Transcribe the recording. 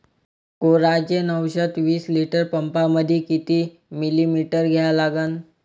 Coragen औषध विस litre पंपामंदी किती मिलीमिटर घ्या लागन?